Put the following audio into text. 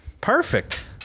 perfect